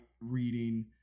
reading